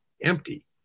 empty